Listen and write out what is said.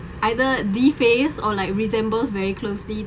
either the face or like resembles very closely